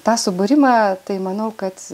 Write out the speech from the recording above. tą subūrimą tai manau kad